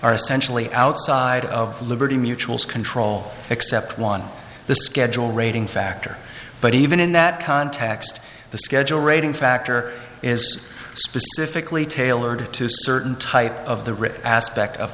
are essentially outside of liberty mutual control except one the schedule rating factor but even in that context the schedule rating factor is specifically tailored to certain type of the rich aspect of